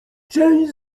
część